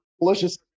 delicious